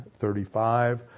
35